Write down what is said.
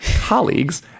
colleagues